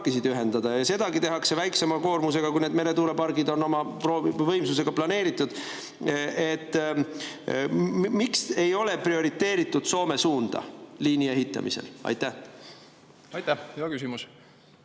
ühendada. Ja sedagi tehakse väiksema koormusega, kui need meretuulepargid on oma võimsusega planeeritud. Miks ei ole prioriseeritud Soome suunda liini ehitamisel? Aitäh! Ma mõnes